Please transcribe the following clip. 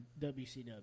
WCW